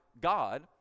God